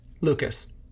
Lucas